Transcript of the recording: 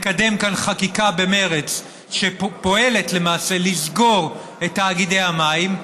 תקדם כאן במרץ חקיקה שפועלת למעשה לסגור את תאגידי המים,